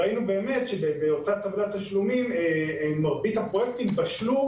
ראינו באותה טבלת תשלומים שמרבית הפרויקטים בשלו